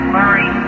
Murray